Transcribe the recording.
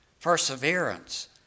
perseverance